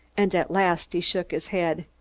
and at last he shook his head.